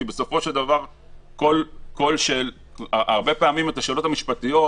כי הרבה פעמים את השאלות המשפטיות,